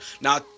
Now